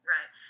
Right